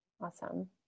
awesome